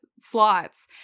slots